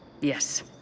Yes